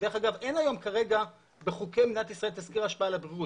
כי דרך אגב אין היום בחוקי מדינת ישראל תסקיר השפעה על הבריאות,